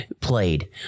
played